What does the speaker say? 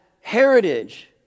heritage